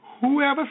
Whoever